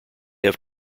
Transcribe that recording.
have